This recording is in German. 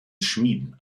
schmieden